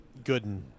Gooden